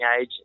age